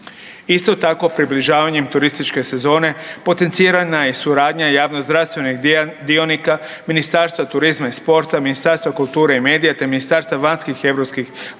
Isto tako približavanjem turističke sezone potencirana je i suradnja javnozdravstvenih dionika Ministarstva turizma i sporta, Ministarstva kulture i medija te Ministarstva vanjskih i europskih